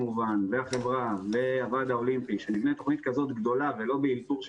החברה והוועד האולימפי ולא באלתור,